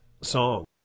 song